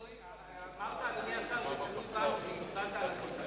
אדוני השר, אמרת שזה תלוי בנו, והצבעת על עצמך.